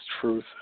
truth